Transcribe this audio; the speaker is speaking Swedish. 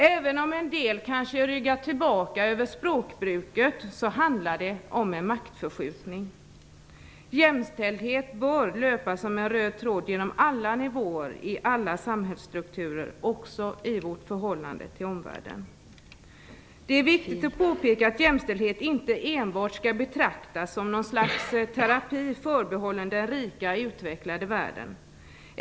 Även om en del kanske ryggar tillbaka för språkbruket handlar det om en maktförskjutning. Jämställdhet bör löpa som en röd tråd genom alla nivåer i alla samhällsstrukturer, också i vårt förhållande till omvärlden. Det är viktigt att påpeka att jämställdhet inte enbart skall betraktas som någon slags terapi förbehållen den rika, utvecklade världen.